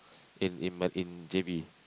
in in Ma~ in J_B